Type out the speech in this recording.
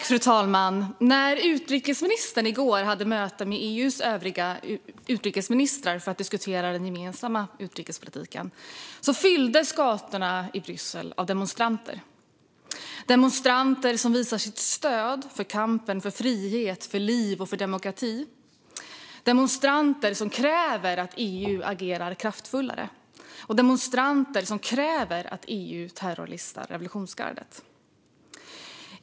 Fru talman! När utrikesministern i går hade möte med EU:s övriga utrikesministrar för att diskutera den gemensamma utrikespolitiken fylldes gatorna i Bryssel av demonstranter som visade sitt stöd för kampen för frihet, för liv och för demokrati, demonstranter som krävde att EU ska agera kraftfullare och demonstranter som krävde att EU ska terrorlista revolutionsgardet.